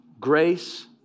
Grace